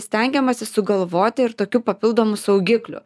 stengiamasi sugalvoti ir tokių papildomų saugiklių